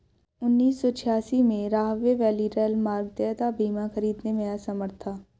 उन्नीस सौ छियासी में, राहवे वैली रेलमार्ग देयता बीमा खरीदने में असमर्थ था